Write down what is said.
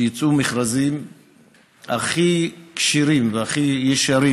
שיצאו מכרזים הכי כשירים והכי ישרים